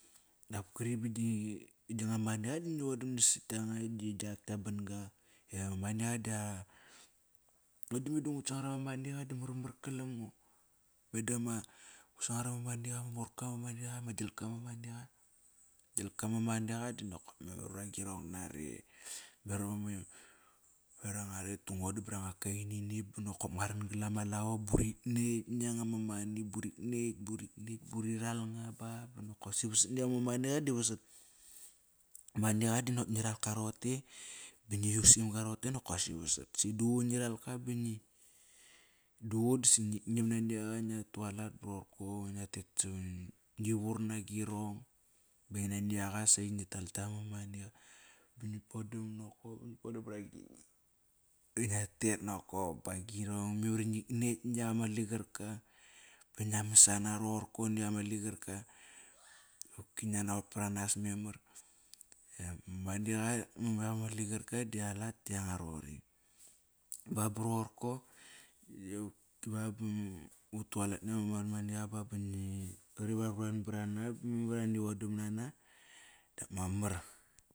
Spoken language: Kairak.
Dap kri ba glanga maniqa da ngi vodam giaka gia ban-ga. ngo da mada ngut sangar ama maniqa da marmar kalam ngo. Meda ngut sangar ama maniqa ma morka, maniqa ma galka maniqa. Gilka ma maniqa dinokop memar vava girong nare. memar iva nguaret ba ngu vodam bra nga kainini bonokop ngua ran gal ama lavo burit nekt na yanga ma money buri nekt, buri nekt, buri ral nga ba boqosi vasat niak ama maniqa da vasat. Maniqa da nokop ngi ralka roqote ba ngi yusim ga roqote nokosaqi vasat. Si duququ ngi ralka ba ngi. Duququ dasi ngit nom nani aqa ngia tualat ba rorko ngi vur nagirong ba naniaqa. Memar inginek nak.